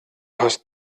hast